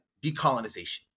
decolonization